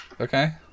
Okay